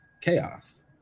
chaos